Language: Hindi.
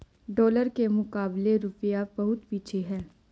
डॉलर के मुकाबले रूपया बहुत पीछे है